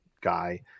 guy